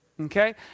Okay